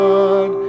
God